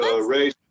race